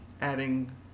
adding